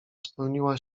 spełniła